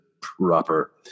proper